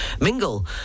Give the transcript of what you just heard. mingle